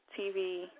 TV